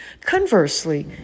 Conversely